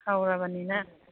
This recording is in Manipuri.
ꯍꯧꯔꯕꯅꯤꯅ